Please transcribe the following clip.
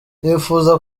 nifuza